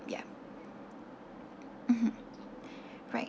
ya mmhmm right